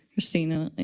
christina,